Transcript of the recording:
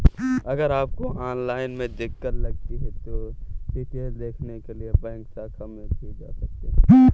अगर आपको ऑनलाइन में दिक्कत लगती है तो डिटेल देखने के लिए बैंक शाखा में भी जा सकते हैं